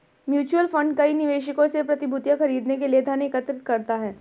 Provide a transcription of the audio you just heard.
mutual fund कई निवेशकों से प्रतिभूतियां खरीदने के लिए धन एकत्र करता है